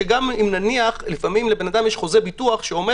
נניח לפעמים לבן אדם יש חוזה ביטוח שאומר